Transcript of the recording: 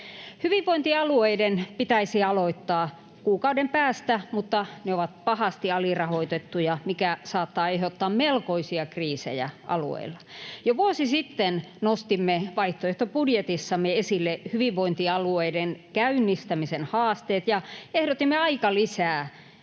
Hyvinvointialueiden pitäisi aloittaa kuukauden päästä, mutta ne ovat pahasti alirahoitettuja, mikä saattaa aiheuttaa melkoisia kriisejä alueilla. Jo vuosi sitten nostimme vaihtoehtobudjetissamme esille hyvinvointialueiden käynnistämisen haasteet ja ehdotimme aikalisää